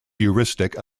heuristic